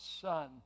son